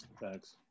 Thanks